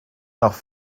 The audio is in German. nach